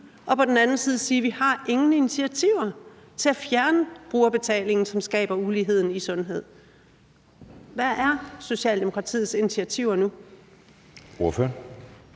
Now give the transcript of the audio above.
og på den anden side sige, at vi ingen initiativer har til at fjerne brugerbetalingen, som skaber ulighed i sundhed. Hvad er Socialdemokratiets initiativer nu? Kl.